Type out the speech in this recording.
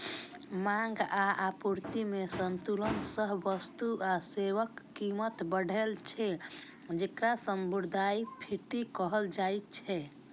मांग आ आपूर्ति मे असंतुलन सं वस्तु आ सेवाक कीमत बढ़ै छै, जेकरा मुद्रास्फीति कहल जाइ छै